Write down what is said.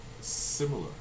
similar